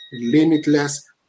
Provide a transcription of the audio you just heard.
limitless